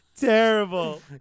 terrible